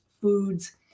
foods